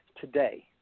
today